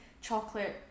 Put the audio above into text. chocolate